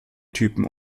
typen